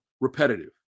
repetitive